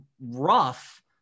rough